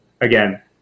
again